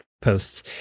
posts